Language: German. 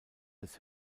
des